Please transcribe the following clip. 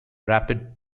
rapid